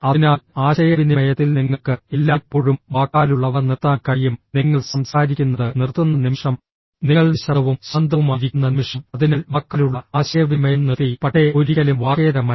അതിനാൽ ആശയവിനിമയത്തിൽ നിങ്ങൾക്ക് എല്ലായ്പ്പോഴും വാക്കാലുള്ളവ നിർത്താൻ കഴിയും നിങ്ങൾ സംസാരിക്കുന്നത് നിർത്തുന്ന നിമിഷം നിങ്ങൾ നിശബ്ദവും ശാന്തവുമായിരിക്കുന്ന നിമിഷം അതിനാൽ വാക്കാലുള്ള ആശയവിനിമയം നിർത്തി പക്ഷേ ഒരിക്കലും വാക്കേതരമല്ല